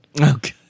okay